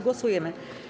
Głosujemy.